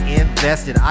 invested